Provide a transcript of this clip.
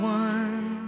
one